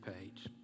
page